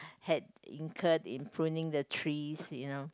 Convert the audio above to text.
had incurred in pruning the trees you know